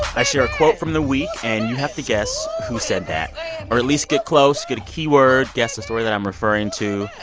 i share a quote from the week. and you have to guess who said that or at least get close get a keyword, guess the story that i'm referring to.